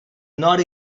not